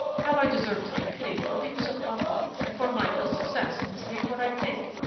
how i deserve to be pitied for being so awkward and for my ill-success in saying what i think!